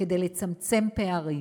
כדי לצמצם פערים.